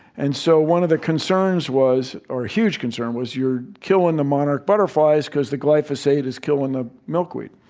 and so, one of the concerns was or a huge concern was you're killing the monarch butterflies because the glyphosate is killing the milkweed.